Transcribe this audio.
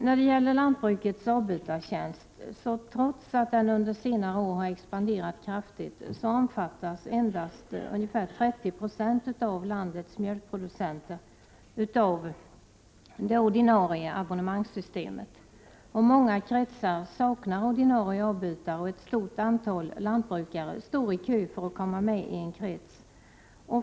Trots att Lantbrukets Avbytartjänst expanderat kraftigt under senare år omfattas endast ca 30 70 av landets mjölkproducenter av det ordinarie abonnemangssystemet. Många kretsar saknar ordinarie avbytare, och ett stort antal lantbrukare står i kö för att komma med i en krets.